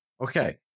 Okay